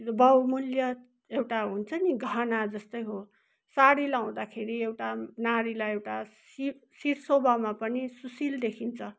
त्यो बहुमूल्य एउटा हुन्छ नि गहना जस्तै हो साडी लगाउँदाखेरि एउटा नारीलाई एउटा शि शिर शोभामा पनि सुशील देखिन्छ